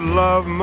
love